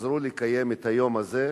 שעזרו לקיים את היום הזה,